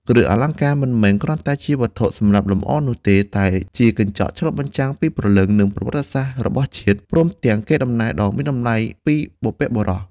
គ្រឿងអលង្ការមិនមែនគ្រាន់តែជាវត្ថុសម្រាប់លម្អនោះទេ តែជាកញ្ចក់ឆ្លុះបញ្ចាំងពីព្រលឹង និងប្រវត្តិសាស្ត្ររបស់ជាតិ ព្រមទាំងជាកេរដំណែលដ៏មានតម្លៃពីបុព្វបុរស។